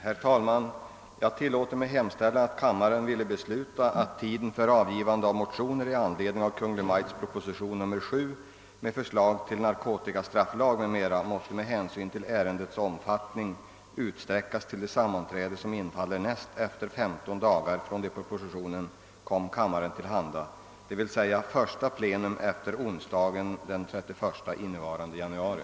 Herr talman! Jag tillåter mig hemställa, att kammaren ville besluta, att tiden för avgivande av motioner i anledning av Kungl. Maj:ts proposition nr 7, med förslag till narkotikastrafflag, m.m., måtte med hänsyn till ärendets omfattning utsträckas till det sammanträde, som infaller näst efter femton dagar från det propositionen kom kammaren till handa, dvs. första plenum efter onsdagen den 31 innevarande januari.